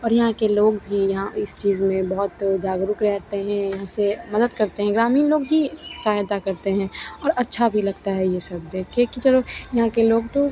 और यहाँ के लोग भी यहाँ इस चीज़ में बहुत जागरूक रहते हैं ऐसे मदद करते हैं ग्रामीण लोग ही सहायता करते हैं और अच्छा भी लगता है यह सब देख के कि चलो यहाँ के लोग तो